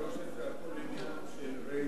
אני חושב שזה הכול עניין של רייטינג.